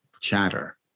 chatter